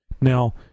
Now